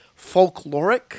folkloric